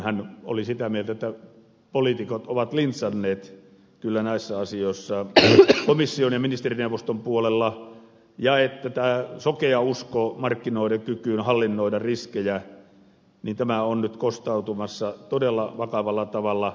hän oli sitä mieltä että poliitikot ovat kyllä lintsanneet näissä asioissa komission ja ministerineuvoston puolella ja että tämä sokea usko markkinoiden kykyyn hallinnoida riskejä on nyt kostautumassa todella vakavalla tavalla